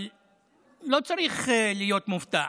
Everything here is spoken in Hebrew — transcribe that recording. אבל לא צריך להיות מופתע.